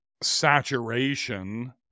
saturation